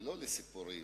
ולא לסיפורים.